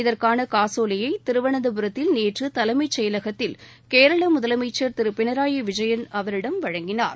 இதற்கான காசோலையை திருவனந்தபுரத்தில் நேற்று தலைமைச் செயலகத்தில் கேரள முதலமைச்சர் திரு பினராயி விஜயன் அவரிடம் வழங்கினார்